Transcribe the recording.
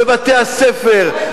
בבתי-הספר,